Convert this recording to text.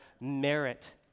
merit